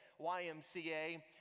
YMCA